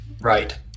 right